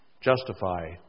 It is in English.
justify